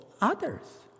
others